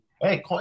Hey